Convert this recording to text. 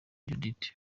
judith